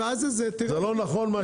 מה שאתה אומר לא נכון.